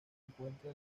encuentra